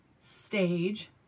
stage